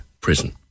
Prison